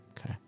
Okay